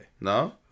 No